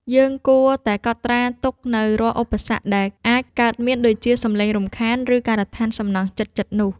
យើងគួរតែកត់ត្រាទុកនូវរាល់ឧបសគ្គដែលអាចកើតមាន ដូចជា សំឡេងរំខាន ឬការដ្ឋានសំណង់ជិតៗនោះ។